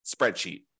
spreadsheet